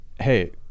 Hey